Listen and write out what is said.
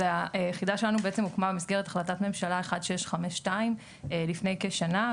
אז היחידה שלנו בעצם הוקמה במסגרת החלטת ממשלה 1652 לפני כשנה.